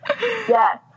yes